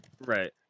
Right